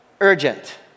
urgent